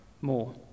more